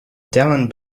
delenn